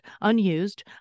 unused